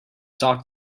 talk